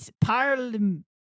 Parliament